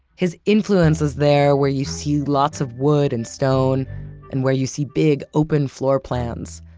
his influence is there, where you see lots of wood and stone and where you see big open floorplans,